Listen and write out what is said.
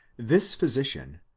this physician.